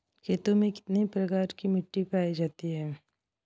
खेतों में कितने प्रकार की मिटी पायी जाती हैं?